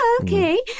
okay